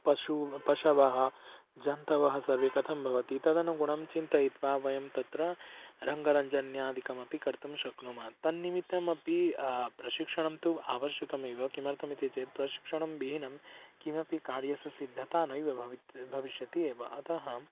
पशू पशवः जन्तवः सर्वे कथं भवति तदनुगुणं चिन्तयित्वा वयं तत्र रङ्गरञ्जन्यादिकम् अपि कर्तुं शक्नुमः तन्निमित्तम् अपि प्रशिक्षणं तु अवश्यकमेव किमर्थमिति चेत् प्रशिक्षणं विहीनं किमपि कार्यस्य सिद्धता नैव भवति भविष्यति एव अतः